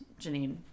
Janine